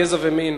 גזע ומין,